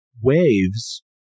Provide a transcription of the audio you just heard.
waves